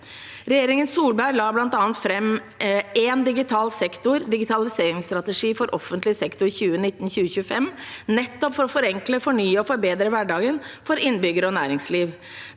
Solberg la bl.a. fram Én digital offentlig sektor: Digitaliseringsstrategi for offentlig sektor 2019–2025, nettopp for å forenkle, fornye og forbedre hverdagen for innbyggere og næringsliv.